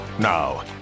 now